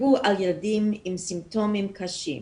סיפרו לי על ילדים עם סימפטומים קשים.